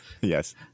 Yes